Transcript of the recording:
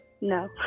No